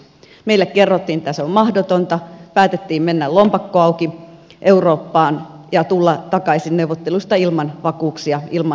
meille kerrottiin että se on mahdotonta päätettiin mennä lompakko auki eurooppaan ja tulla takaisin neuvotteluista ilman vakuuksia ilman sijoittajavastuuta